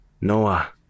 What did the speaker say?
Noah